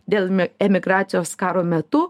dėl emigracijos karo metu